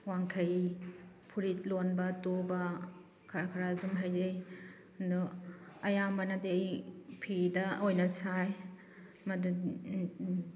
ꯋꯥꯡꯈꯩ ꯐꯨꯔꯤꯠ ꯂꯣꯟꯕ ꯇꯨꯕ ꯈꯔ ꯈꯔ ꯑꯗꯨꯝ ꯍꯩꯖꯩ ꯑꯗꯣ ꯑꯌꯥꯝꯕꯅꯗꯤ ꯑꯩ ꯐꯤꯗ ꯑꯣꯏꯅ ꯁꯥꯏ ꯃꯗꯨ